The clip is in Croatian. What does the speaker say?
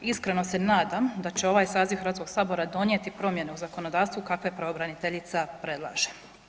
Iskreno se nadam da će ovaj saziv Hrvatskog sabora donijeti promjene u zakonodavstvu kakve pravobraniteljica predlaže.